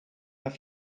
have